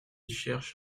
cherche